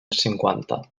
cinquanta